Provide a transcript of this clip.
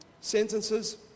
sentences